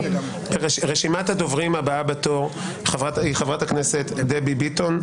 רשימת הדוברים הבאה בתור: חברת הכנסת דבי ביטון,